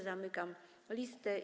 Zamykam listę.